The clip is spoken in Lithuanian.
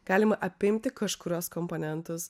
galima apimti kažkurios komponentus